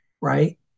right